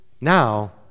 Now